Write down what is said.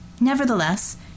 Nevertheless